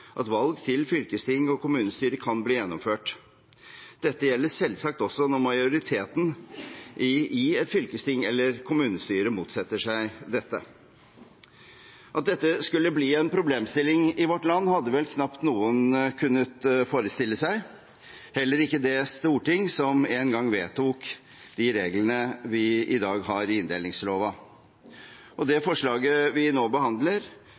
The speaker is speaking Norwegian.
valg til fylkesting og kommunestyre kan bli gjennomført. Dette gjelder selvsagt også når majoriteten i et fylkesting eller kommunestyre motsetter seg dette. At dette skulle bli en problemstilling i vårt land, hadde vel knapt noen kunnet forestille seg, heller ikke det storting som en gang vedtok de reglene vi i dag har i inndelingsloven. Det forslaget vi nå behandler,